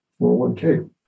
401k